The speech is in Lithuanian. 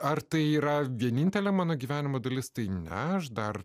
ar tai yra vienintelė mano gyvenimo dalis tai ne aš dar